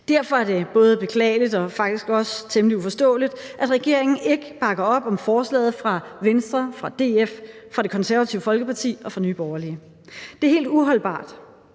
Derfor er det både beklageligt og faktisk også temmelig uforståeligt, at regeringen ikke bakker op om forslaget fra Venstre, fra DF, fra Det Konservative Folkeparti og fra Nye Borgerlige. Det er helt uholdbart,